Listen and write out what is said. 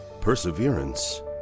Perseverance